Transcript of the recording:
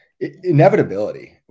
Inevitability